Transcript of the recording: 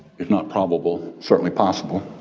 it's not probable, certainly possible.